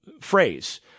phrase